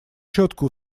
четко